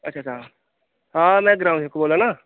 अच्छा अच्छा हां में ग्राम सेवक बोल्लै ना